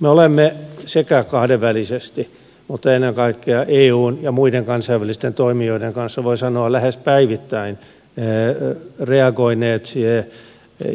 me olemme sekä kahdenvälisesti että ennen kaikkea eun ja muiden kansainvälisten toimijoiden kanssa voi sanoa lähes päivittäin reagoineet